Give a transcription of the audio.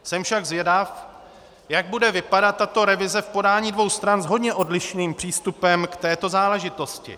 Jsem však zvědav, jak bude vypadat tato revize v podání dvou stran s hodně odlišným přístupem k této záležitosti.